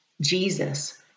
Jesus